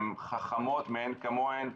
הן חכמות מעין כמוהן.